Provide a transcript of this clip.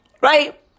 Right